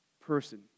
person